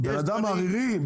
בן אדם ערירי?